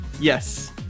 Yes